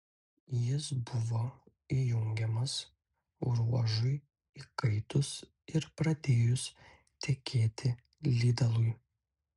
jis buvo įjungiamas ruožui įkaitus ir pradėjus tekėti lydalui